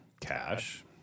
cash